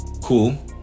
Cool